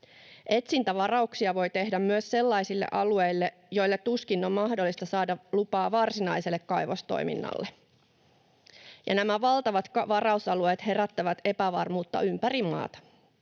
Etsintävarauksia voi tehdä myös sellaisille alueille, joille tuskin on mahdollista saada lupaa varsinaiselle kaivostoiminnalle, ja nämä valtavat varausalueet herättävät epävarmuutta ympäri maata